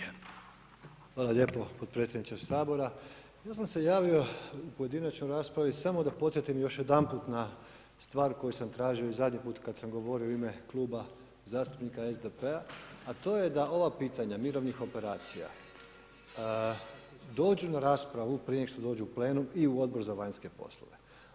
Hvala lijepo podpredsjedniče Sabora, ja sam se javio u pojedinačnoj raspravi samo da podsjetim još jedanput na stvar koju sam tražio i zadnji put kad sam govorio u ime Kluba zastupnika SDP-a, a to je da ova pitanja mirovnih operacija dođu na raspravu, prije nego što dođu u plenum i u Odbor za vanjske poslove.